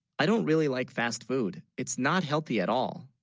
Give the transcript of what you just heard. i? don't really like fast food it's not healthy at all